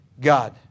God